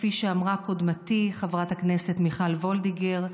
כפי שאמרה קודמתי חברת הכנסת מיכל וולדיגר,